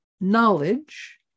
knowledge